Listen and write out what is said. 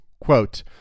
quote